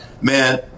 man